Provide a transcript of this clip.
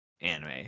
anime